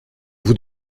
vous